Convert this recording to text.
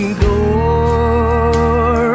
door